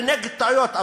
אני נגד טעויות,